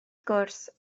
gwrs